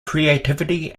creativity